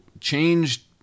changed